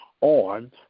on